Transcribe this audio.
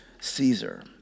Caesar